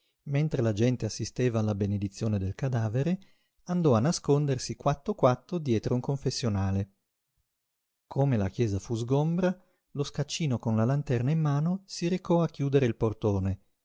gente assisteva alla benedizione del cadavere andò a nascondersi quatto quatto dietro un confessionale come la chiesa fu sgombra lo scaccino con la lanterna in mano si recò a chiudere il portone